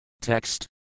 Text